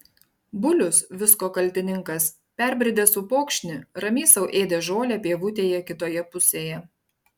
bulius visko kaltininkas perbridęs upokšnį ramiai sau ėdė žolę pievutėje kitoje pusėje